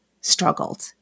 struggled